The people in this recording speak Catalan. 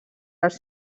els